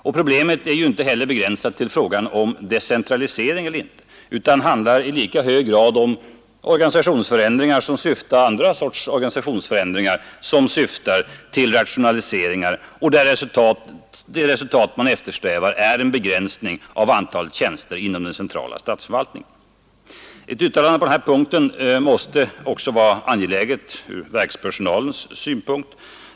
Och problemet är inte heller begränsat till frågan om decentralisering eller inte utan handlar i lika hög grad om andra organisationsförändringar som syftar till rationaliseringar och där det resultat man eftersträvar är en begränsning av antalet tjänster inom den centrala statsförvaltningen. Ett uttalande på den här punkten måste också vara angeläget ur verkspersonalens synpunkt.